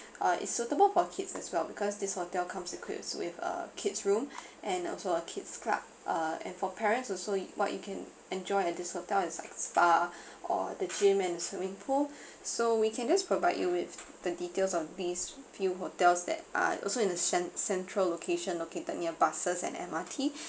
uh it's suitable for kids as well because this hotel comes equipped with uh kid's room and also a kid's club uh and for parents also what you can enjoy at this hotel is uh spa or the gym and swimming pool so we can just provide you with the details of these few hotels that are also in the cen~ central location located near buses and M_R_T